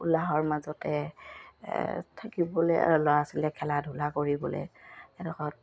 ওলাহৰ মাজতে থাকিবলে আৰু ল'ৰা ছোৱালীয়ে খেলা ধূলা কৰিবলে এডখৰত